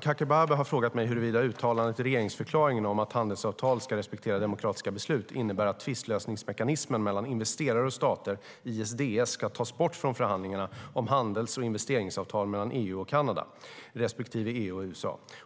Kakabaveh har frågat mig huruvida uttalandet i regeringsförklaringen om att handelsavtal ska respektera demokratiska beslut innebär att tvistlösningsmekanismen mellan investerare och stater ska tas bort från förhandlingarna om handels och investeringsavtal mellan EU och Kanada respektive EU och USA .